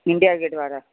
India Gate वारा